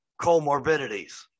comorbidities